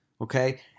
Okay